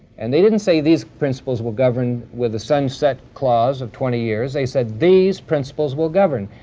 and they didn't say these principles will govern with a sunset clause of twenty years. they said, these principles will govern.